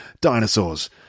dinosaurs